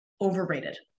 overrated